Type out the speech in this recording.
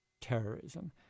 terrorism